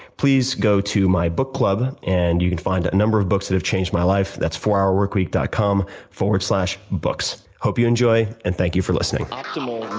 please go to my book club and you can find a number of books that have changed my life. that's fourhourworkweek dot com slash books. hope you enjoy, and thank you for listening. ed,